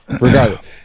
Regardless